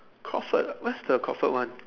Crawford where's the Crawford one